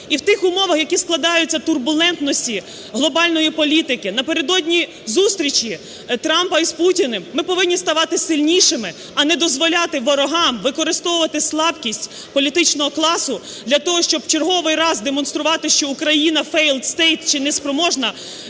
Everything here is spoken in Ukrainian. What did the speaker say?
І в тих умовах, які складаються, турбулентності, глобальної політики, напередодні зустрічі Трампа з Путіним, ми повинні ставати сильнішими, а не дозволяти ворогам використовувати слабкість політичного класу для того, щоб в черговий раз демонструвати, що Україна - failed state чи не спроможна